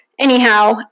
Anyhow